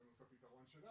יש לנו את הפתרון שלנו,